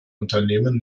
unternehmen